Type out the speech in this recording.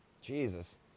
Jesus